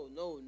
no